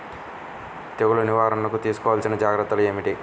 తెగులు నివారణకు తీసుకోవలసిన జాగ్రత్తలు ఏమిటీ?